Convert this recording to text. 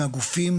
מהגופים